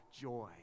joy